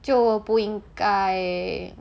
就不应该